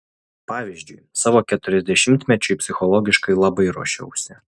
pavyzdžiui savo keturiasdešimtmečiui psichologiškai labai ruošiausi